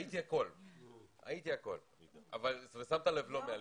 הייתי הכול ושמת לב, לא מהליכוד.